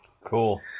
Cool